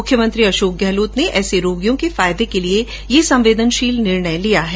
मुख्यमंत्री श्री अशोक गहलोत ने ऐसे रोगियों के फायदे के लिये यह संवेदनशील निर्णय लिया है